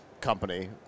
company